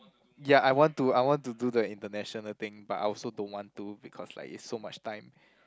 ya I want to I want to do the international thing but I also don't want to because like is so much time